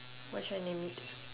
what should I name it